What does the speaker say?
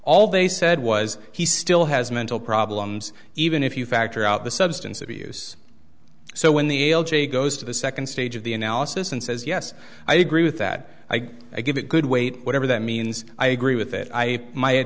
all they said was he still has mental problems even if you factor out the substance abuse so when the goes to the second stage of the analysis and says yes i agree with that i give it good weight whatever that means i agree with it i m